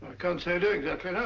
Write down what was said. can't say i do exactly,